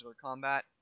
Combat